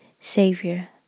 Savior